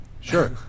Sure